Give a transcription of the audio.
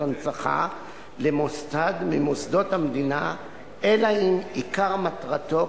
הנצחה למוסד ממוסדות המדינה אלא אם עיקר מטרתו,